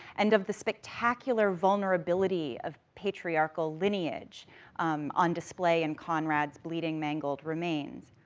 and of the spectacular vulnerability of patriarchal lineage on display in conrad's bleeding, mangled remains.